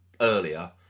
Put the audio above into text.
earlier